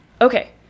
Okay